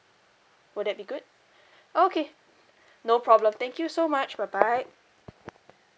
would that be good okay no problem thank you so much bye bye